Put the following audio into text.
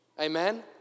Amen